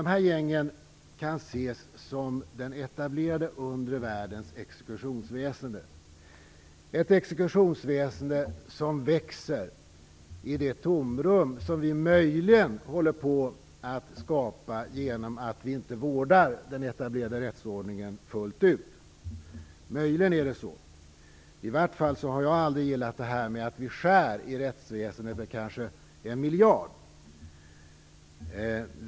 De här gängen kan ses som den etablerade undre världens exekutionsväsende - ett exekutionsväsende som växer i det tomrum som vi möjligen håller på att skapa genom att vi inte vårdar den etablerade rättsordningen fullt ut. Möjligen är det så. I varje fall har jag aldrig gillat att vi skär i rättsväsendet med kanske 1 miljard kronor.